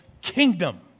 kingdom